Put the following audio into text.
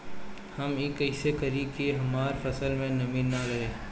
हम ई कइसे करी की हमार फसल में नमी ना रहे?